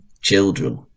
children